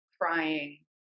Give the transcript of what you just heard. crying